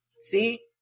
See